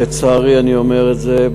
לצערי אני אומר את זה,